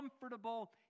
comfortable